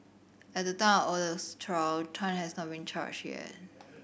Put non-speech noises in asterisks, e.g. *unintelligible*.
at the *unintelligible* of Oh's trial Tan had not been charged yet